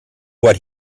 what